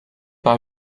par